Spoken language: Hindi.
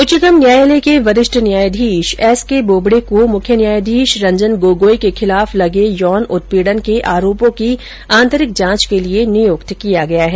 उच्चतम न्यायालय के वरिष्ठ न्यायाधीश एस के बोबडे को मुख्य न्यायाधीश रंजन गोगोई के खिलाफ लगे यौन उत्पीडन के आरोपों की आंतरिक जांच के लिये नियुक्त किया गया है